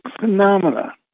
phenomena